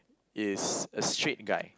is a straight guy